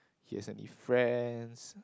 he has any friends